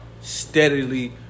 steadily